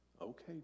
Okay